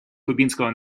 кубинского